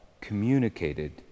communicated